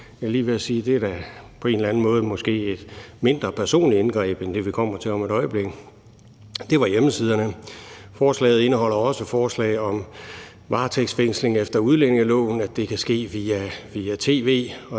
at det da på en eller anden måde måske er et mindre personligt indgreb end det, vi kommer til om et øjeblik. Det var hjemmesiderne. Forslaget indeholder også forslag om varetægtsfængsling efter udlændingeloven, altså at det kan ske via tv,